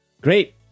Great